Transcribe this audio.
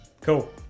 Cool